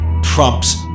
trumps